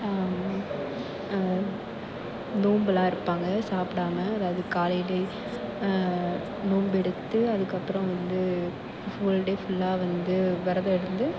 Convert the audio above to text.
நோம்பெல்லாம் எடுப்பாங்க சாப்பிடாம அதாவது காலைலயே நோம்பெடுத்து அதுக்கப்புறம் வந்து ஃபுல் டே ஃபுல்லாக வந்து விரதமிருந்து